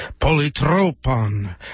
Polytropon